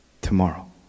tomorrow